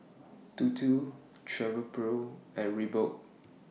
Dodo Travelpro and Reebok